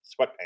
sweatpants